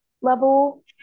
level